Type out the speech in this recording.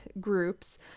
groups